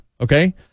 okay